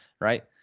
right